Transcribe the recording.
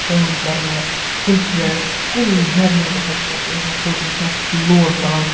کٲم کَرنہِ کُنہِ تہِ جایہِ آسہِ کُنہِ گَرِ نٮ۪بر تہِ آسہِ پَتہٕ چھُ اِنسان فوٹوٗ وُچھان سُہ چھُ لول ژَلان